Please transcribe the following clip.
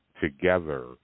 together